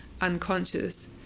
unconscious